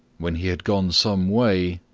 when he had gone some way,